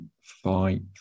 fight